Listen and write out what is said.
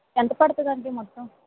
ఎంత పడుతుందండి మొత్తం